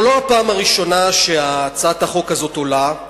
זו לא הפעם הראשונה שהצעת החוק הזאת עולה.